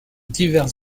divers